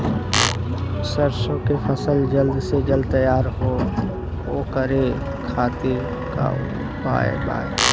सरसो के फसल जल्द से जल्द तैयार हो ओकरे खातीर का उपाय बा?